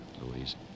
Louise